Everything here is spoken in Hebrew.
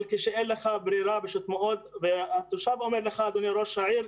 אבל כשאין לך ברירה פשוט מאוד והתושב אומר לך: אדוני ראש העיר,